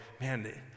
man